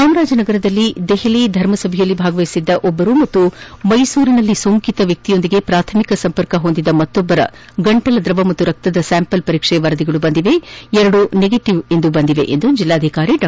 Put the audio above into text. ಚಾಮರಾಜನಗರದಲ್ಲಿ ದೆಹಲಿಯ ಧರ್ಮಸಭೆಯಲ್ಲಿ ಭಾಗವಹಿಸಿದ್ದ ಸೋಂಕಿತ ವ್ಯಕ್ಷಿಯಂದಿಗೆ ಪ್ರಾಥಮಿಕ ಸಂಪರ್ಕ ಹೊಂದಿದ್ದ ಮತ್ತೊಬ್ಬರ ಗಂಟಲ ದ್ರವ ಹಾಗೂ ರಕ್ತದ ಸ್ಥಾಂಪಲ್ ಪರೀಕ್ಷೆ ವರದಿ ಬಂದಿದ್ದು ಎರಡೂ ನೆಗೆಟವ್ ಬಂದಿದೆ ಎಂದು ಜಿಲ್ಲಾಧಿಕಾರಿ ಡಾ